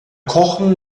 kochen